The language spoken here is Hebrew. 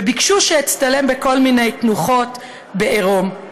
וביקשו שאצטלם בכל מיני תנוחות בעירום.